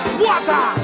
water